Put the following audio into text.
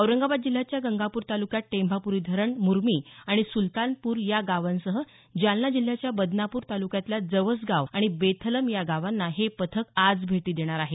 औरंगाबाद जिल्ह्याच्या गंगापूर तालुक्यात टेंभापूरी धरण मुर्मी आणि सुलतानपूर या गावांसह जालना जिल्ह्याच्या बदनापूर तालुक्यातल्या जवसगाव आणि बेथलम या गावांना हे पथक आज भेटी देणार आहे